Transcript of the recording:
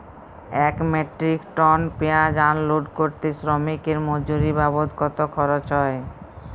এক metric ton পেঁয়াজ unload করতে শ্রমিকের মজুরি বাবদ কত খরচ হয়?